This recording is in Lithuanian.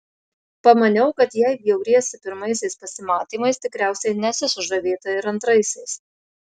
pamaniau kad jei bjauriesi pirmaisiais pasimatymais tikriausiai nesi sužavėta ir antraisiais